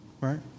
right